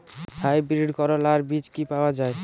Hybrid করলার বীজ কি পাওয়া যায়?